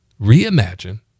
reimagine